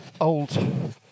old